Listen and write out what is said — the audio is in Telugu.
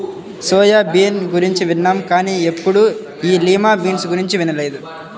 సోయా బీన్ గురించి విన్నాం కానీ ఎప్పుడూ ఈ లిమా బీన్స్ గురించి వినలేదు